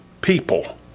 people